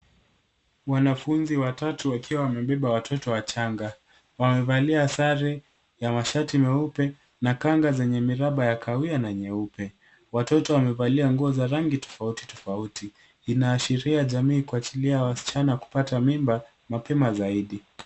Wanafunzi watatu wakiwa wamebeba watoto wachanga. Wamevalia sare ya mashati meupe na kanga zenye miraba ya kahawia na nyeupe. Watoto wamevalia nguo za rangi tofauti tofauti. Inaashiria jamii kuachilia wasichana kupata mimba, mapema zaidi.